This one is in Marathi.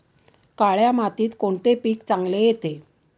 काळ्या मातीत कोणते पीक चांगले येते?